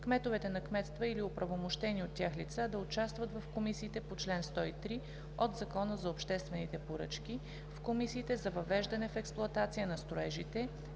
кметовете на кметства или оправомощени от тях лица да участват в комисиите по чл. 103 от Закона за обществените поръчки, в комисиите за въвеждане в експлоатация на строежите,